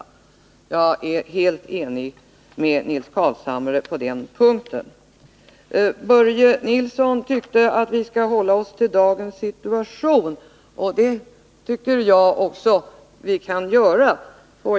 Jag är helt enig med Nils Carlshamre på den punkten. Börje Nilsson tyckte att vi skall hålla oss till dagens situation, och det tycker jag också att vi kan göra.